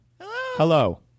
Hello